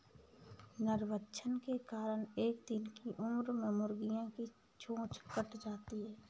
नरभक्षण के कारण एक दिन की उम्र में मुर्गियां की चोंच काट दी जाती हैं